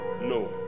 no